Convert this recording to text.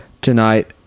tonight